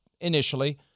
initially